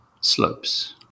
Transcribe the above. Slopes